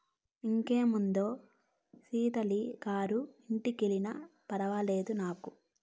ఇంకేముందే సీతల్లి గారి ఇంటికెల్లినా ఫర్వాలేదు నాకు